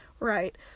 right